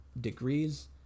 degrees